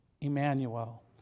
Emmanuel